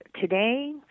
today